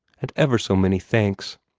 and ever so many thanks.